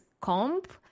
comp